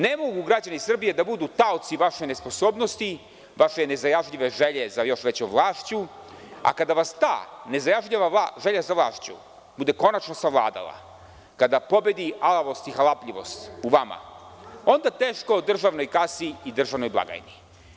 Ne mogu građani Srbije da budu taoci vaše nesposobnosti, vaše nezajažljive želje za još većom vlašću, a kada vas ta nezajažljiva želja za vlašću bude konačno savladala, kada pobedi alavost i halapljivost u vama, onda teško državnoj kasi i državnoj blagajni.